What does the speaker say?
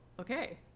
okay